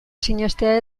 sinestea